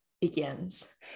begins